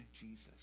Jesus